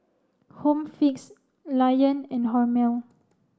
Home Fix Lion and Hormel